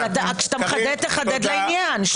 כשאתה מחדד, תחדד לעניין.